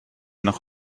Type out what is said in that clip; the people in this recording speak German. noch